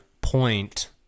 point